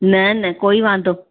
न न कोई वांदो